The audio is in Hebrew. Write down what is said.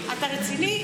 אתה רציני?